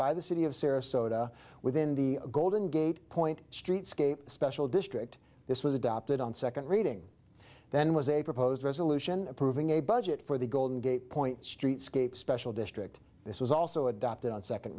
by the city of sarasota within the golden gate point streetscape special district this was adopted on second reading then was a proposed resolution approving a budget for the golden gate point streetscape special district this was also adopted on second